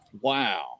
Wow